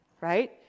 right